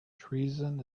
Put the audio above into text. treason